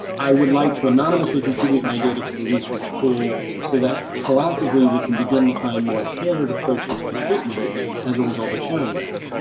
i would like to anonymously contribute my data to the research pool so that, proactively, we can begin to find more tailored approaches to treatment as a result of sharing that.